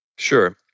Sure